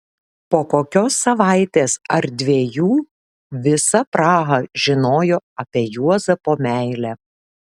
po kokios savaitės ar dviejų visa praha žinojo apie juozapo meilę